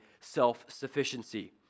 self-sufficiency